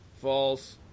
False